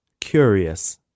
Curious